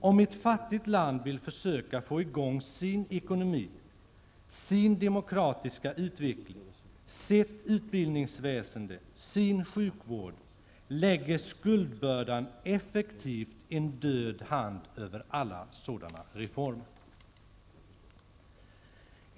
Om ett fattigt land vill försöka få i gång sin ekonomi, sin demokratiska utveckling, sitt utbildningsväsende och sin sjukvård lägger skuldbördan effektivt en död hand över alla sådana reformer.